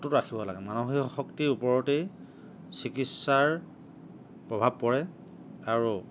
অটুট ৰাখিব লাগে মানসিক শক্তিৰ ওপৰতেই চিকিৎসাৰ প্ৰভাৱ পৰে আৰু